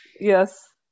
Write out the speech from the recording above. Yes